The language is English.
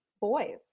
boys